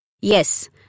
Yes